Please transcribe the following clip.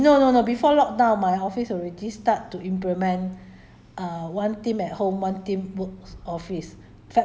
february I stay home until now ya no no no before lockdown my office already start to implement